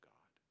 God